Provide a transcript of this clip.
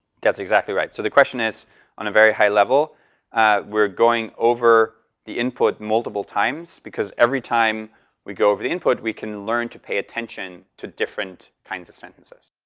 that's exactly right. so the question is on a very high-level, we're we're going over the input multiple times. because every time we go over the input, we can learn to pay attention to different kinds of sentences.